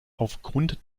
aufgrund